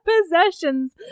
possessions